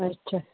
ਅੱਛਾ